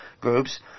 groups